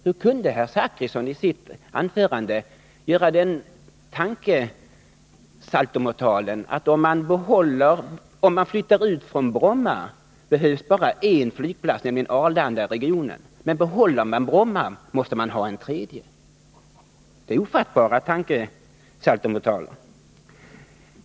Hur kunde herr Zachrisson i sitt anförande göra den tankesaltomortalen att man om man flyttar ut från Bromma bara behöver ha en flygplats i Stockholmsregionen, nämligen Arlanda, medan man om man behåller Bromma måste ha en tredje flygplats? Det är en ofattbar tankesaltomortal.